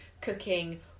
cooking